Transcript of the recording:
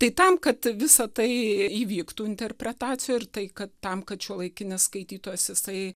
tai tam kad visa tai įvyktų interpretacijų ir tai kad tam kad šiuolaikinis skaitytojas jisai